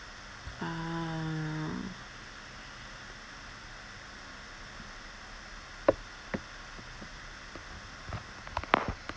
ah